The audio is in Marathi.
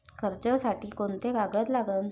कर्जसाठी कोंते कागद लागन?